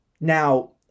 Now